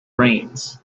brains